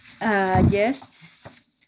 Yes